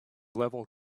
level